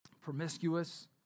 promiscuous